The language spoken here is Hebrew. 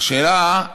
השאלה היא: